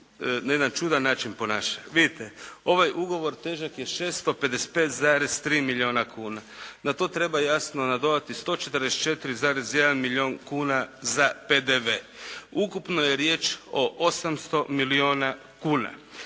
na jedan čudan način ponaša. Vidite, ovaj ugovor težak je 655,3 milijuna kuna. Na to treba jasno nadodati 144,1 milijun kuna za PDV. Ukupno je riječ o 800 milijuna kuna.